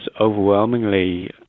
overwhelmingly